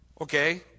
Okay